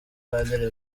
padiri